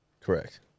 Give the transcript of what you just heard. Correct